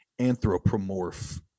Anthropomorph